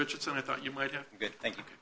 richardson i thought you might thank